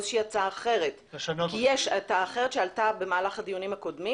או שמציעים פה הצעה אחרת שעלתה במהלך הדיונים הקודמים